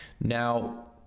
now